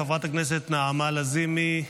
חברת הכנסת נעמה לזימי,